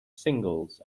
singles